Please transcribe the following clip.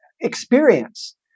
experience